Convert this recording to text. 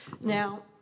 Now